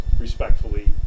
respectfully